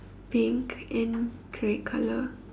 pink and grey colour